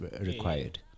required